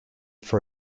for